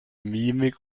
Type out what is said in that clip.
mimik